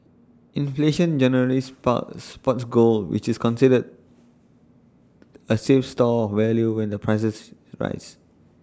inflation generally supports supports gold which is considered A safe store value when the prices rise